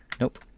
Nope